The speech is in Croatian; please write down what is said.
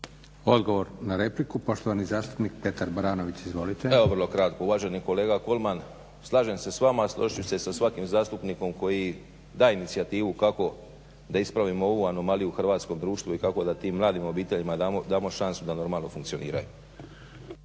Odgovor na repliku poštovani zastupnik Petar Baranović. Izvolite. **Baranović, Petar (HNS)** Evo vrlo kratko. Uvaženi kolega KOlman slažem se s vama, a složit ću se sa svakim zastupnikom koji da inicijativu kako da ispravimo ovu anomaliju hrvatskog društva i kako da tim mladim obiteljima damo šansu da normalno funkcioniraju.